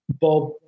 Bob